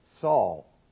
Saul